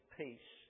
peace